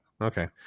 okay